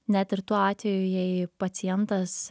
net ir tuo atveju jei pacientas